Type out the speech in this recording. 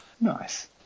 Nice